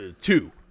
two